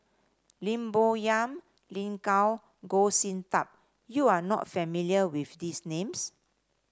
Lim Bo Yam Lin Gao and Goh Sin Tub you are not familiar with these names